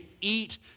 eat